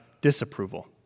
disapproval